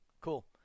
cool